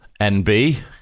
nb